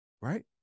Right